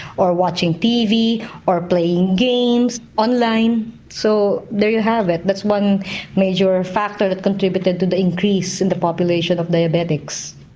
or watching tv or playing games online. so there you have it that's one major factor that contributed to the increase in the population of diabetics.